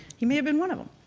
he may have been one of them.